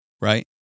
right